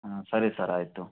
ಹಾಂ ಸರಿ ಸರ್ ಆಯಿತು